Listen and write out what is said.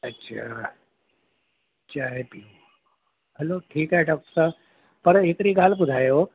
अच्छा चांहि पी हलो ठीकु आहे डॉक्टर साहिबु पर हिकिड़ी ॻाल्हि ॿुधायो